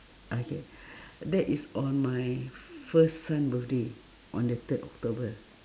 okay that is on my first son birthday on the third october